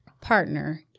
partner